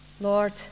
Lord